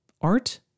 art